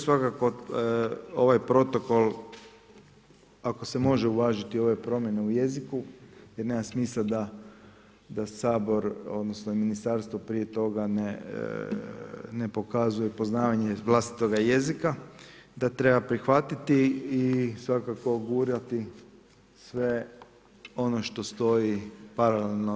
Svakako ovaj protokol ako se može uvažiti ove promjene u jeziku, jer nema smisla da Sabor odnosno i ministarstvo prije toga ne pokazuje poznavanje vlastitoga jezika, da treba prihvatiti i svakako gurati sve ono što stoji paralelno.